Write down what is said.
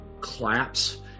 claps